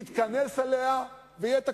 נתכנס עליה ויהיה תקציב.